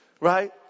Right